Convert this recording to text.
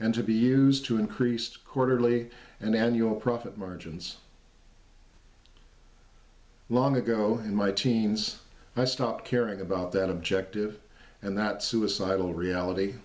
and to be used to increase quarterly and annual profit margins long ago in my teens i stopped caring about that objective and that suicidal reality